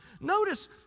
Notice